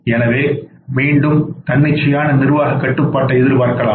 எனவே மீண்டும் தன்னிச்சையான நிர்வாகக் கட்டுப்பாட்டை எதிர்பார்க்கலாம்